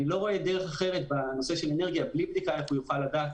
אני לא רואה דרך אחרת איך הוא יוכל לדעת